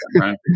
right